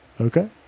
Okay